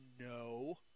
no